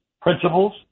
principles